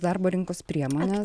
darbo rinkos priemonės